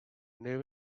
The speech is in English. knew